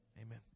Amen